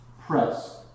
Press